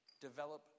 Develop